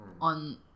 on